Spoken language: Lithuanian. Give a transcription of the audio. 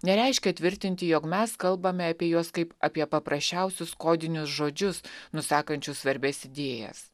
nereiškia tvirtinti jog mes kalbame apie juos kaip apie paprasčiausius kodinius žodžius nusakančius svarbias idėjas